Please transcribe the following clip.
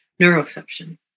neuroception